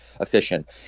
efficient